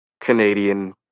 Canadian